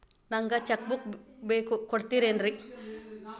ನಂಗ cheque book ಬೇಕು ಕೊಡ್ತಿರೇನ್ರಿ?